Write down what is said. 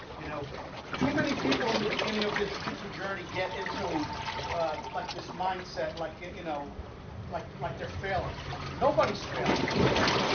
you know too many people in the beginning of the jujitsu journey get into like this mindset like it you know like like they're failing nobody's fail, okay?